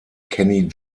kenny